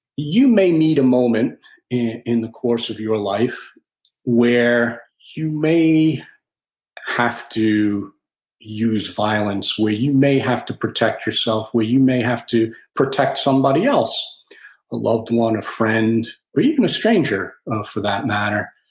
you may meet a moment in in the course of your life where you may have to use violence, where you may have to protect yourself, where you may have to protect somebody else. a loved one, a friend, or even a stranger for that matter.